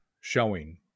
showing